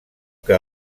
que